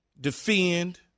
defend